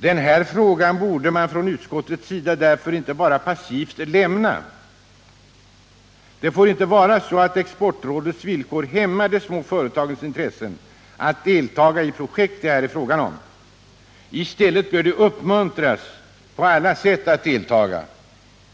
Den här frågan borde man från utskottets sida därför inte bara passivt lämna. Det får inte vara så att exportrådets villkor hämmar de små företagens intressen att deltaga i projekt det här är fråga om. I stället bör de på olika sätt uppmuntras att delta.